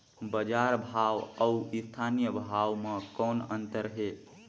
बजार भाव अउ स्थानीय भाव म कौन अन्तर हे?